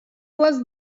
was